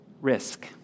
risk